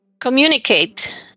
communicate